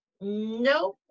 nope